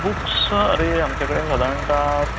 books आरे आमचे कडेन सादारणता